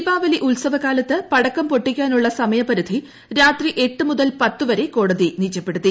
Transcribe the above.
ദീപാവലി ഉത്സവ കാലത്ത് പടക്കം പൊട്ടിക്കാനുള്ള സമയപരിധി രാത്രി എട്ട് മുതൽ പത്തുവരെ കോടതി നിജപ്പെടുത്തി